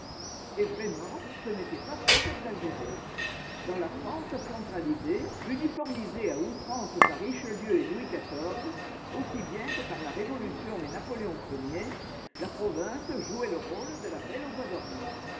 et vraiment ce n'était pas trop exagéré dans la france centralisée uniformisée à outrance par richelieu et louis xiv aussi bien que par la révolution et napoléon la province jouait le rôle de la belle au bois dormant